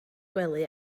gwely